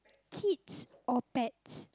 kids or pets